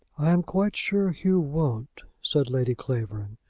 i am quite sure hugh won't, said lady clavering,